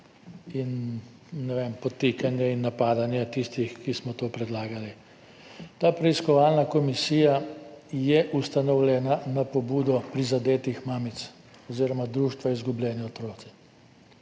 in podtikanje in napadanje tistih, ki smo to predlagali. Ta preiskovalna komisija je ustanovljena na pobudo prizadetih mamic oziroma društva Izgubljeni otroci